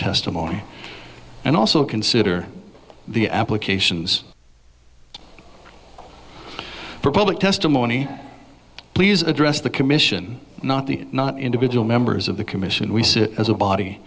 testimony and also consider the applications for public testimony please address the commission not the individual members of the commission we sit as a body